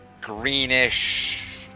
greenish